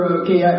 okay